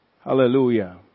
Hallelujah